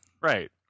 right